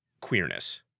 queerness